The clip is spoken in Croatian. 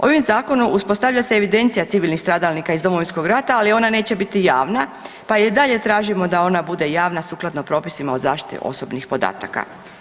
Ovim zakonom uspostavlja se evidencija civilnih stradalnika iz Domovinskog rata, ali ona neće biti javna pa i dalje tražimo da ona bude javna sukladno propisima o zaštiti osobnih podataka.